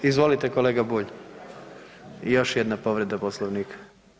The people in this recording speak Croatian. Izvolite kolega Bulj još jedna povreda Poslovnika.